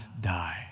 die